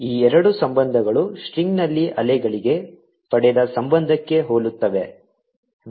ಈ ಎರಡು ಸಂಬಂಧಗಳು ಸ್ಟ್ರಿಂಗ್ನಲ್ಲಿ ಅಲೆಗಳಿಗೆ ಪಡೆದ ಸಂಬಂಧಕ್ಕೆ ಹೋಲುತ್ತವೆ